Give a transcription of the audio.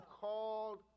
called